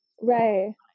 right